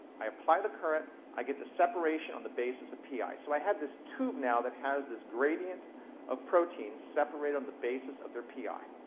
i apply the current. i get the separation on the basis of pi. so i have this tube now that has this gradient of proteins separate on the basis of their pi.